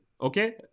Okay